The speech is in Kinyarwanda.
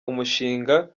umushinga